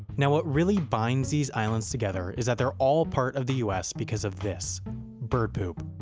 now, what really binds these islands together is that they're all part of the us because of this bird poop.